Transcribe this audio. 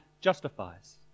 justifies